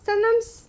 sometimes